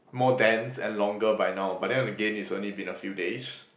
more dense and longer by now but then again it's only been a few days